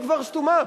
היא כבר סתומה.